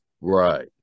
Right